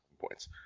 points